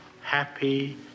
happy